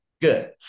Good